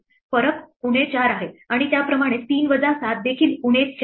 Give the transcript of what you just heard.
फरक उणे 4 आहे आणि त्याचप्रमाणे 3 वजा 7 देखील उणे 4 आहे